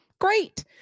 great